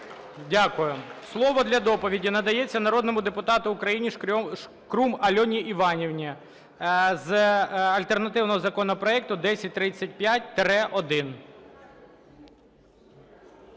Дякую. Слово для доповіді надається народному депутату України Шкрум Альоні Іванівні з альтернативного законопроекту 1035-1.